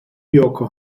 yorker